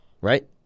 Right